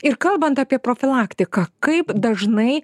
ir kalbant apie profilaktiką kaip dažnai